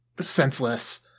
senseless